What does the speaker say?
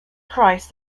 christ